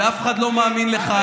ואף אחד לא מאמין לך,